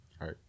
Right